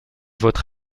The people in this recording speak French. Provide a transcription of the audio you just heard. votre